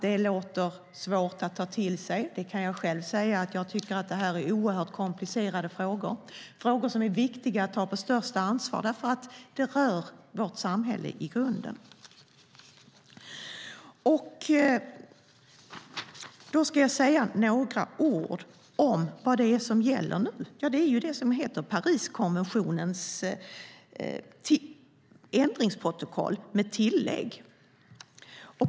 Det är svårt att ta till sig. Jag tycker att det här är oerhört komplicerade frågor som är viktiga att ta på största allvar eftersom de rör vårt samhälle i grunden. Jag ska säga några ord om vad som gäller nu. Det heter Pariskonventionens ändringsprotokoll med tillägg.